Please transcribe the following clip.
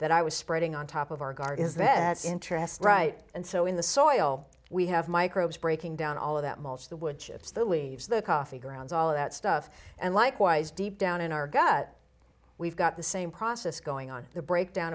that i was spreading on top of our guard is that interest right and so in the soil we have microbes breaking down all of that mulch the wood chips the leaves the coffee grounds all of that stuff and likewise deep down in our gut we've got the same process going on the breakdown